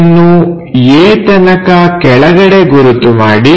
ಇದನ್ನು A ತನಕ ಕೆಳಗಡೆ ಗುರುತು ಮಾಡಿ